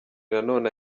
nanone